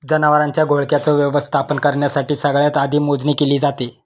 जनावरांच्या घोळक्याच व्यवस्थापन करण्यासाठी सगळ्यात आधी मोजणी केली जाते